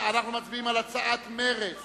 הצעת מרצ